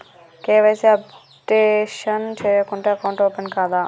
KYC updation చేయకుంటే account open కాదా?